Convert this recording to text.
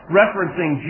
referencing